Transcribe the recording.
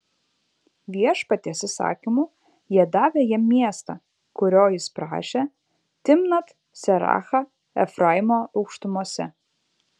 viešpaties įsakymu jie davė jam miestą kurio jis prašė timnat serachą efraimo aukštumose